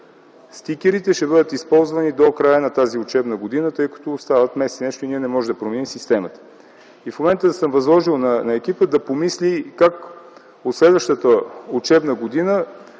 стикерите ще бъдат използвани до края на тази учебна година, тъй като остават месец и нещо и ние не можем да променим системата. В момента съм възложил на екипа да помисли как от следващата учебна година